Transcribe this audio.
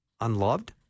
unloved